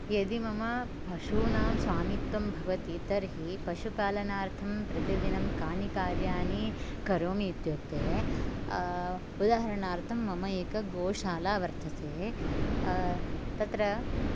यदि मम पशूनां स्वामित्वं भवति तर्हि पशुपालनार्थं प्रतिदिनं कानि कार्याणि करोमि इत्युक्ते उदाहरणार्थं मम एक गोशाला वर्तते तत्र